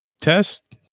test